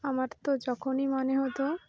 আমার তো যখনই মনে হতো